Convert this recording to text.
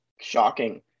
shocking